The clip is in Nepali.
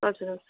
हजुर हजुर